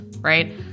right